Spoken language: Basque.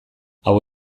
hau